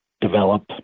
develop